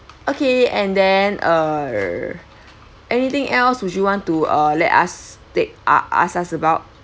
okay and then err anything else would you want to uh let us take uh ask us about